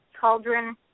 cauldron